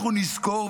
אנחנו נזכור.